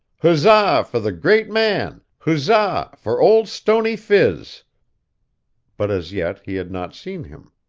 huzza for the great man! huzza for old stony phiz but as yet he had not seen him.